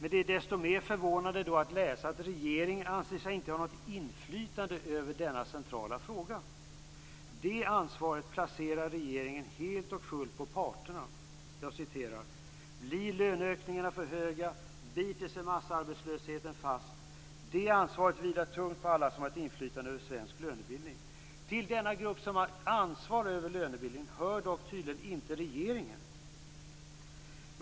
Det är desto mer förvånande att läsa att regeringen anser sig inte ha något inflytande över denna centrala fråga. Det ansvaret placerar regeringen helt och fullt på parterna: Blir löneökningarna för höga, biter sig massarbetslösheten fast, det ansvaret vilar tungt för alla som har ansvaret för svensk lönebildning. Till denna grupp som har ansvaret över lönebildning hör dock tydligen inte regeringen.